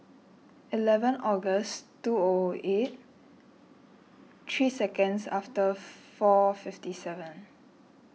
eleven August two O O eight three seconds after four fifty seven